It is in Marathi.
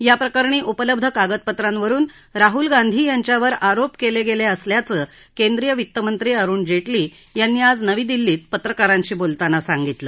याप्रकरणी उपलब्ध कागदपत्रावरुन राहुल गांधी यांच्यावर आरोप केले गेले असल्याचं केंद्रीय वित्तमंत्री अरुण जेटली यांनी आज नवी दिल्लीत पत्रकारांशी बोलताना सांगितलं